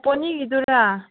ꯑꯣ ꯄꯣꯅꯤꯒꯤꯗꯨꯔꯥ